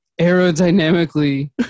aerodynamically